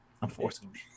unfortunately